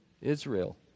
Israel